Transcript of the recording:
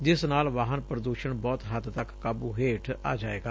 ਜਿਸ ਨਾਲ ਵਾਹਨ ਪ੍ਰਦੂਸ਼ਣ ਬਹੁਤ ਹੱਦ ਤੱਕ ਕਾਬੂ ਹੇਠ ਆ ਜਾਏਗਾ